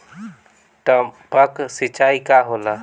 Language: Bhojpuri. टपक सिंचाई का होला?